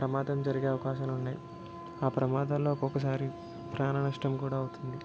ప్రమాదం జరిగే అవకాశాలున్నాయి ఆ ప్రమాదాల్లో ఒక్కొక్కసారి ప్రాణ నష్టం కూడా అవుతుంది